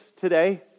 today